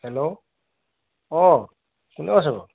hello অঁ কোনে কৈছে বাৰু